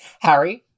Harry